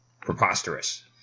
preposterous